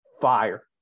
fire